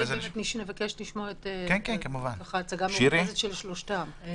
אני אומרת אולי נבקש לשמוע הצגה מרוכזת של שלושתם.